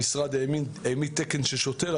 המשרד העמיד תקן של שוטר,